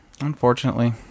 Unfortunately